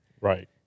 Right